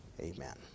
Amen